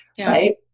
right